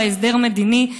להסדר מדיני.